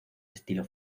estilo